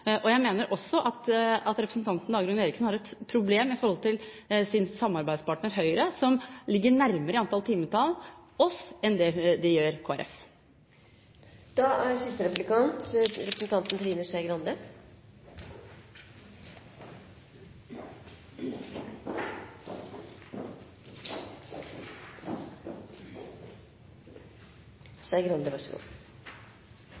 og jeg mener også at representanten Dagrun Eriksen har et problem i forholdet til sin samarbeidspartner Høyre, som ligger nærmere oss i antall timetall enn Kristelig Folkeparti. Jeg tenkte jeg skulle si litt om noe som jeg og representanten